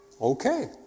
okay